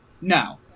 No